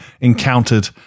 encountered